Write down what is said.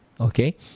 Okay